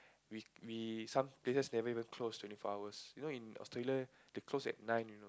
with with some places never even close twenty four hours you know in Australia they close at nine you know